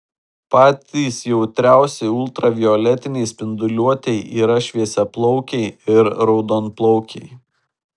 patys jautriausi ultravioletinei spinduliuotei yra šviesiaplaukiai ir raudonplaukiai